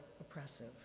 oppressive